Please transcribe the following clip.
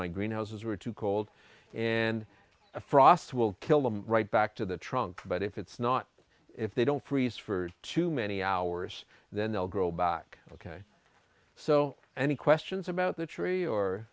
my greenhouses were too cold and a frost will kill them right back to the trunk but if it's not if they don't freeze for too many hours then they'll grow back ok so any questions about the tree or